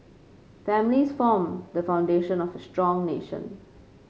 families form the foundation of a strong nation